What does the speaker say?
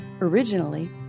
Originally